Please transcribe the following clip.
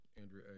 Andrew